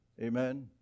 Amen